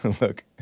look